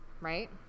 right